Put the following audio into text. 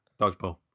Dodgeball